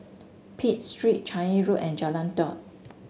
Pitt Street Changi Road and Jalan Daud